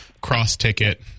cross-ticket